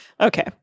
Okay